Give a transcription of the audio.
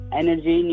energy